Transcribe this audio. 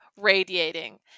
radiating